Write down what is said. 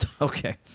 Okay